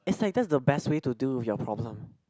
it's like that's the best way to do with your problem